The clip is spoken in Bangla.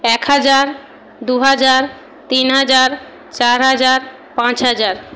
এক হাজার দু হাজার তিন হাজার চার হাজার পাঁচ হাজার